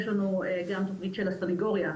יש לנו גם תוכנית של הסנגוריה,